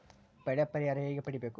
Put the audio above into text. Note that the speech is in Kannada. ಬೆಳೆ ಪರಿಹಾರ ಹೇಗೆ ಪಡಿಬೇಕು?